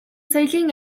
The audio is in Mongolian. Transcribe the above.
соёлын